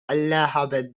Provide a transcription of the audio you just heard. allahabad